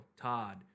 Todd